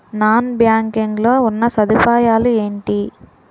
Non banking లో ఉన్నా సదుపాయాలు ఎంటి?